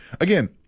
again